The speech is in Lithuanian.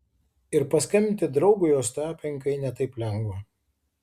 ir paskambinti draugui ostapenkai ne taip lengva